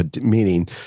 meaning